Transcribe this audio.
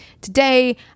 today